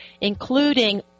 including